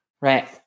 Right